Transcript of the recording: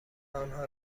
آنها